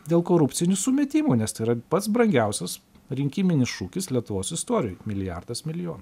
dėl korupcinių sumetimų nes tai yra pats brangiausias rinkiminis šūkis lietuvos istorijoj milijardas milijonui